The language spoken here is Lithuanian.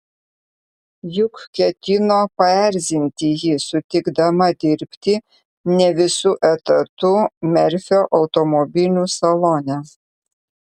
juk ketino paerzinti jį sutikdama dirbti ne visu etatu merfio automobilių salone